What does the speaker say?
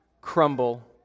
crumble